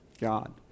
God